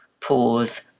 pause